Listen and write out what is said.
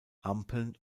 ampeln